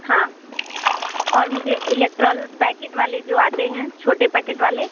हाँ और मुझे इलेक्ट्रॉल पैकेट वाले जो आते हैं छोटे पैकेट वाले